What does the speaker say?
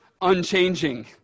unchanging